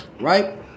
right